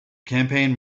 campaign